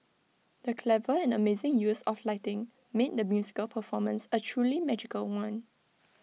the clever and amazing use of lighting made the musical performance A truly magical one